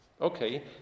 Okay